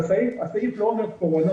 הסעיף לא אומר קורונה,